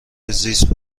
زیست